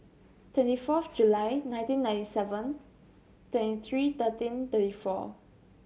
twenty fourth July nineteen ninety seven twenty three thirteen thirty four